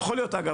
אגב,